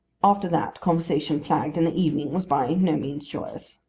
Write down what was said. after that conversation flagged and the evening was by no means joyous.